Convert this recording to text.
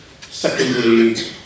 Secondly